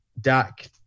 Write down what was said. Dak